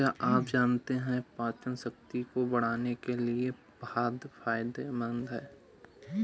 क्या आप जानते है पाचनशक्ति को बढ़ाने के लिए भांग फायदेमंद है?